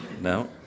No